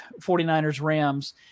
49ers-Rams